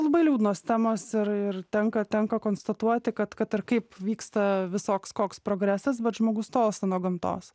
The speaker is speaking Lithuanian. labai liūdnos temos ir ir tenka tenka konstatuoti kad kad ir kaip vyksta visoks koks progresas bet žmogus tolsta nuo gamtos